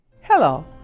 Hello